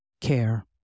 care